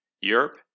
Europe